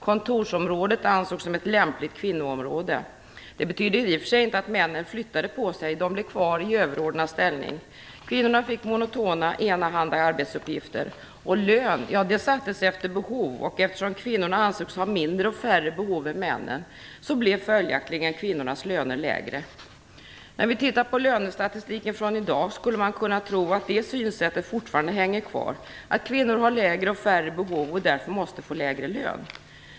Kontorsområdet ansågs som ett lämpligt kvinnoområde. Det betydde i och för sig inte att männen flyttade på sig - de blev kvar i överordnad ställning. Kvinnorna fick de monotona, enahanda arbetsuppgifterna. Och lönen - ja, den sattes efter behov, och eftersom kvinnorna ansågs ha mindre och färre behov än männen, blev följaktligen kvinnornas lön lägre. När vi tittar på lönestatistiken från i dag skulle man kunna tro att det synsättet fortfarande hänger kvar - att kvinnor har lägre och färre behov och därför måste få lägre lön.